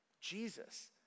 Jesus